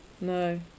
no